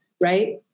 right